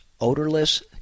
odorless